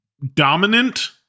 Dominant